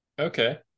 Okay